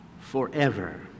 forever